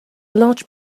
large